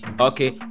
okay